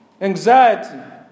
anxiety